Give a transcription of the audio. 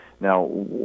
Now